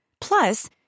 Plus